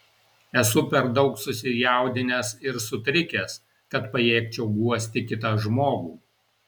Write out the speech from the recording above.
esu per daug susijaudinęs ir sutrikęs kad pajėgčiau guosti kitą žmogų